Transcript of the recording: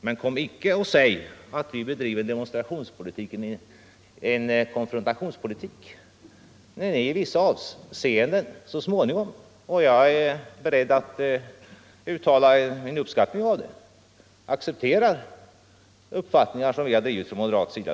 Men säg icke att vi bedriver en konfrontationspolitik när ni i vissa avseenden så småningom accepterar uppfattningar som 83 redan tidigare drivits av oss på moderat håll.